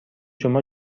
شما